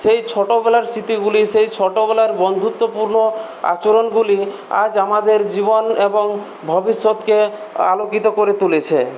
সেই ছোটবেলার স্মৃতিগুলি সেই ছোটবেলার বন্ধুত্বপূর্ণ আচরণগুলি আজ আমাদের জীবন এবং ভবিষ্যৎকে আলোকিত করে তুলেছে